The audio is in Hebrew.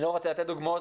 אני לא רוצה לתת דוגמאות,